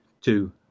two